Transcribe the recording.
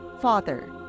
Father